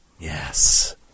yes